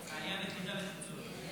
העלייה, הקליטה והתפוצות.